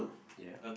ya